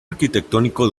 arquitectónico